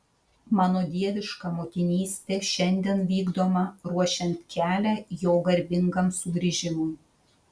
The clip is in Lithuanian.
mano dieviška motinystė šiandien vykdoma ruošiant kelią jo garbingam sugrįžimui